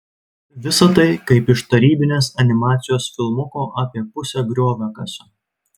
visa tai kaip iš tarybinės animacijos filmuko apie pusę grioviakasio